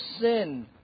sin